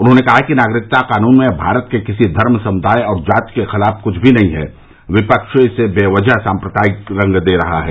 उन्होंने कहा कि नागरिकता कानून में भारत के किसी धर्म समुदाय और जाति के खिलाफ कुछ भी नहीं है विपक्ष इसे बेवजह साम्प्रदायिक रंग दे रहा है